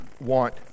want